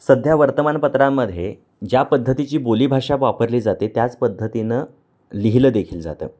सध्या वर्तमानपत्रांमध्ये ज्या पद्धतीची बोलीभाषा वापरली जाते त्याच पद्धतीनं लिहिलं देखील जातं